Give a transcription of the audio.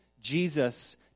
Jesus